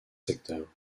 secteurs